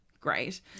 Great